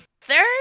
third